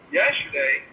yesterday